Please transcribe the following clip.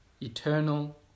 Eternal